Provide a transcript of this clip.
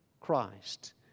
Christ